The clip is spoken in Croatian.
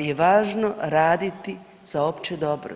je važno raditi za opće dobro.